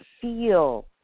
feel